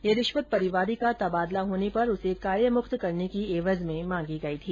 ये रिश्वत परिवादी का तबादला होने पर उसे कार्यमुक्त करने की एवज में मांगी गई थी